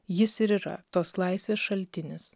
jis ir yra tos laisvės šaltinis